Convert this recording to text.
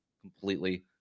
completely